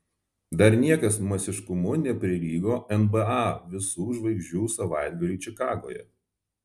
dar niekas masiškumu neprilygo nba visų žvaigždžių savaitgaliui čikagoje